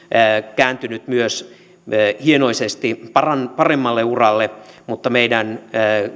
kääntynyt myös hienoisesti paremmalle uralle mutta meidän